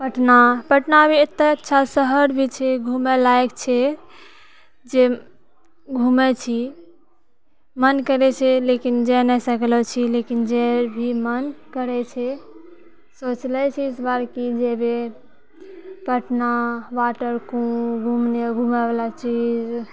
पटना पटना भी एक तरहसँ अच्छा शहर भी छै घुमै लाइक छै जे घुमै छी मोन करै छै लेकिन जा नहि सकलऽ छी लेकिन जे भी मोन करै छै सोचलऽ छी इसबार कि जेबै पटना वाटर कूप घुमैवला चीज